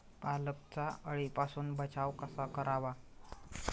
पालकचा अळीपासून बचाव कसा करावा?